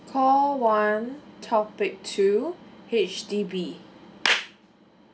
call one topic two H_D_B